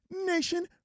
Nation